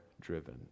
driven